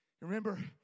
Remember